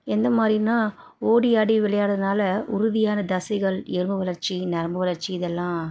எந்த மாதிரினா ஓடி ஆடி விளையாடுறதுனால உறுதியான தசைகள் எலும்பு வளர்ச்சி நரம்பு வளர்ச்சி இதெல்லாம்